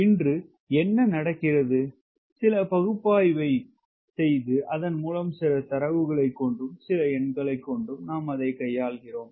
இன்று என்ன நடக்கிறது சில பகுப்பாய்வை செய்து அதன் மூலம் சில தரவுகளை கொண்டும் சில எண்களை கொண்டும் நாம் அதை கையாள்கிறோம்